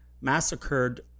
massacred